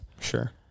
Sure